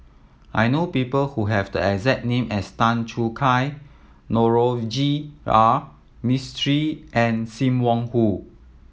I know people who have the exact name as Tan Choo Kai Navroji R Mistri and Sim Wong Hoo